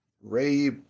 Ray